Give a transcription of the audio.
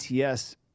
ATS